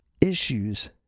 issues